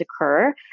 occur